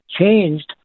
changed